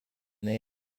they